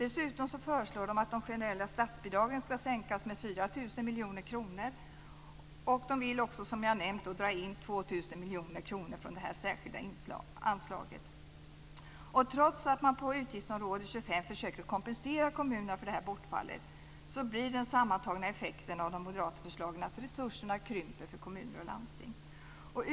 Dessutom föreslår de att det generella statsbidraget ska sänkas med 4 000 miljoner kronor. Trots att man på utgiftsområde 25 försöker kompensera kommunerna för detta bortfall blir den sammantagna effekten av de moderata förslagen att resurserna krymper för kommuner och landsting.